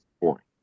boring